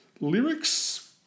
Lyrics